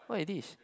what is this